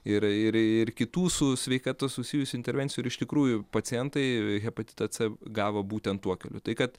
ir ir ir kitų su sveikata susijusių intervencijų ir iš tikrųjų pacientai hepatitą c gavo būtent tuo keliu tai kad